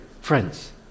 friends